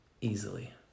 Easily